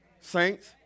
Saints